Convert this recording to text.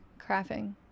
crafting